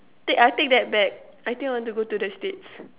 take I take that back I think I want to go to the States